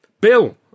Bill